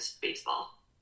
baseball